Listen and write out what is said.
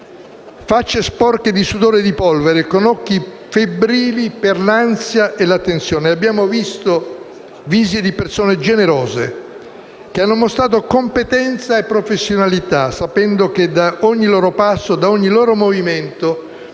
facce sporche di sudore e di polvere, con gli occhi febbrili per l'ansia e la tensione. Abbiamo visto visi di persone generose, che hanno mostrato competenza e professionalità sapendo che da ogni loro passo, da ogni loro movimento,